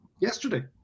yesterday